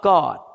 God